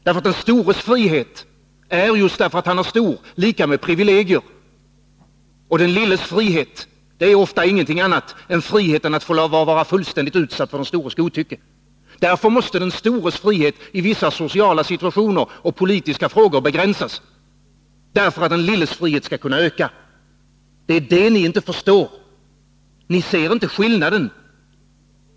Den stores frihet är, just därför att han är stor, lika med privilegium, och den lilles frihet är ofta ingenting annat än friheten att få vara fullständigt utsatt för den stores godtycke. Därför måste den stores frihet i vissa sociala situationer och politiska frågor begränsas, för att den lilles frihet skall kunna öka. Det är detta ni inte förstår. Ni ser inte skillnaden.